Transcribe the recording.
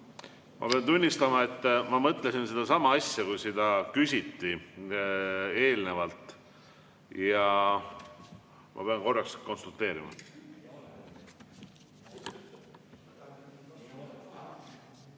Ma pean tunnistama, et ma mõtlesin sedasama asja, kui seda küsiti eelnevalt. Ma pean korraks konsulteerima.